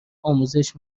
آموزش